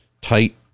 tight